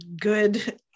good